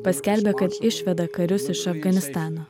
paskelbė kad išveda karius iš afganistano